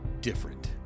different